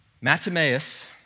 Matthias